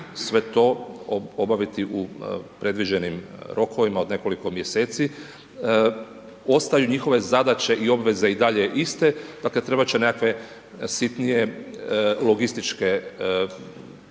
sve to obaviti u predviđenim rokovima u nekoliko mjeseci, ostaju njihove zadaće i obveze i dalje iste, dakle trebat će nekakve sitnije logističke promjene,